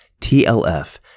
TLF